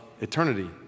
eternity